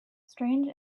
strange